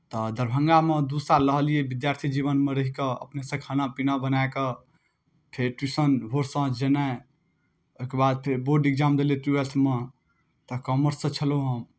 तऽ दरभंगामे दू साल रहलियै विद्यार्थी जीवनमे रहि कऽ अपनेसँ खाना पीना बनाए कऽ फेर ट्यूशन भोर साँझ जेनाइ ओहिके बाद फेर बोर्ड एक्जाम देलियै ट्वेल्थमे तऽ कॉमर्ससँ छलहुँ हम